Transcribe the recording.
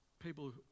people